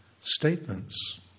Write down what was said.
statements